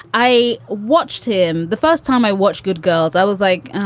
i watched him the first time. i watch good girls. i was like,